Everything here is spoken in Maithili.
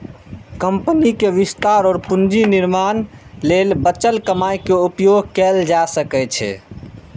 कंपनीक विस्तार और पूंजी निर्माण लेल बचल कमाइ के उपयोग कैल जा सकै छै